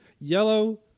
yellow